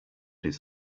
his